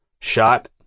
shot